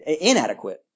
inadequate